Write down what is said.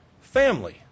family